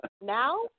Now